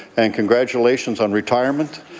and congratulations on retirement.